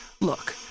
look